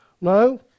No